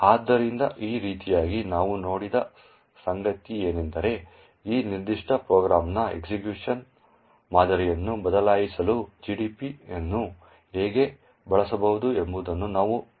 ಆದ್ದರಿಂದ ಈ ರೀತಿಯಾಗಿ ನಾವು ನೋಡಿದ ಸಂಗತಿಯೆಂದರೆ ಈ ನಿರ್ದಿಷ್ಟ ಪ್ರೋಗ್ರಾಂನ ಎಕ್ಸಿಕ್ಯೂಶನ್ ಮಾದರಿಯನ್ನು ಬದಲಾಯಿಸಲು GDB ಅನ್ನು ಹೇಗೆ ಬಳಸಬಹುದು ಎಂಬುದನ್ನು ನಾವು ನೋಡಿದ್ದೇವೆ